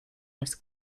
les